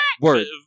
Words